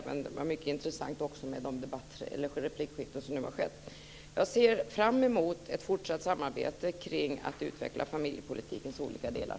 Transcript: Det var också intressant med replikskiftena här. Jag ser fram emot ett fortsatt samarbete kring arbetet med att utveckla familjepolitikens olika delar.